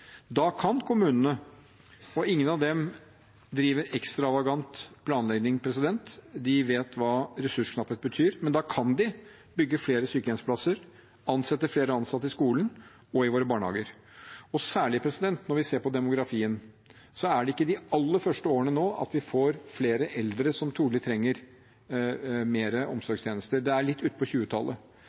Da kan kommunene – ingen av dem driver ekstravagant planlegging, de vet hva ressursknapphet betyr – bygge flere sykehjemsplasser, ansette flere i skolen og i våre barnehager. Særlig når vi ser på demografien, er det ikke de aller første årene vi får flere eldre som trolig trenger mer omsorgstjenester. Det er litt